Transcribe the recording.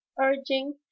urging